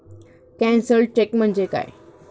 Cancelled cheque म्हणजे काय?